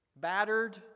Battered